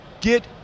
get